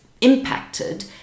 impacted